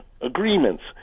agreements